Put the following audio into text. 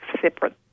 separate